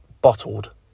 bottled